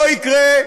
לא יקרה,